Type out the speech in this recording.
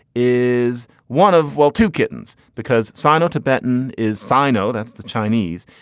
is one of, well, two kittens because sino tibetan is sino. that's the chinese.